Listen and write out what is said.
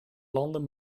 landen